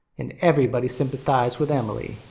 and everybody sympathized with emily.